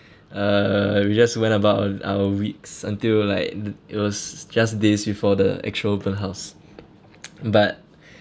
uh we just went about on our weeks until like th~ it was just days before the actual open house but